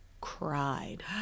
cried